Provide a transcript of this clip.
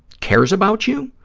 cares about you,